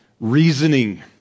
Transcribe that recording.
reasoning